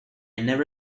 never